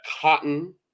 cotton